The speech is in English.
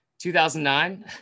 2009